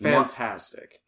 fantastic